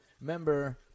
Remember